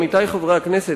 עמיתי חברי הכנסת,